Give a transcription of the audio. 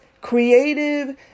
creative